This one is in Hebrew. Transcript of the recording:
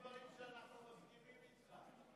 בצלאל, יש דברים שאנחנו מסכימים איתך.